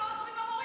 שלא עוזרים למורים,